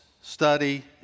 study